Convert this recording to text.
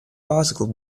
particle